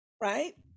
right